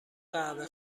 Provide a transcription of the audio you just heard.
قهوه